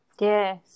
Yes